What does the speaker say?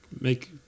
make